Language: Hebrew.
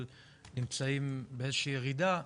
אבל נמצאים באיזו שהיא ירידה,